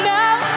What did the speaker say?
now